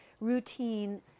routine